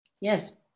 Yes